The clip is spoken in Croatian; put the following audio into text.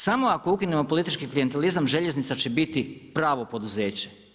Samo ako ukinemo politički klijentelizam, željeznica će biti pravo poduzeće.